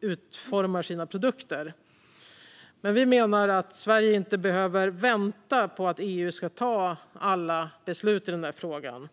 utformar sina produkter. Men vi menar att Sverige inte behöver vänta på att EU ska ta alla beslut i den frågan.